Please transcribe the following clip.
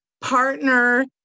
partner